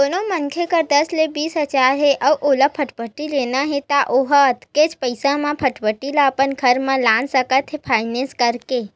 कोनो मनखे करन दस ले बीस हजार हे अउ ओला फटफटी लेना हे त ओ ह ओतकेच पइसा म फटफटी ल अपन घर म लान सकत हे फायनेंस करा के